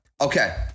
Okay